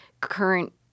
current